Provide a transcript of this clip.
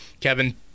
Kevin